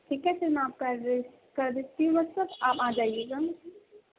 ٹھیک ہے سر میں آپ کا ایڈریس کر دیتی ہوں واٹس اپ آپ آ جائیے گا